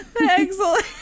Excellent